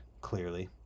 clearly